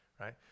right